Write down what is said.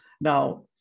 Now